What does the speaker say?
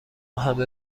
همه